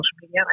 social